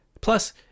plus